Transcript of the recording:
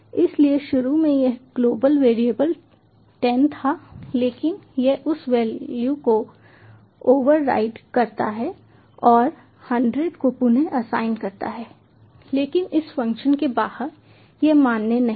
इसलिए शुरू में यह ग्लोबल वेरिएबल 10 था लेकिन यह उस वैल्यू को ओवरराइड करता है और 100 को पुन असाइन करता है लेकिन इस फ़ंक्शन के बाहर यह मान्य नहीं है